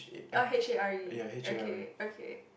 uh H A R E okay okay